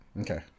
okay